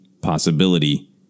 possibility